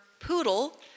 poodle